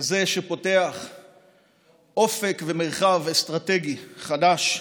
כזה שפותח אופק ומרחב אסטרטגי חדש,